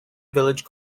village